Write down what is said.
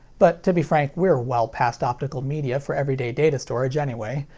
but to be frank we're well past optical media for everyday data storage anyway.